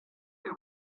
les